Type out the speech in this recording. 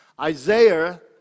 Isaiah